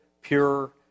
pure